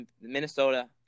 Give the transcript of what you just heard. Minnesota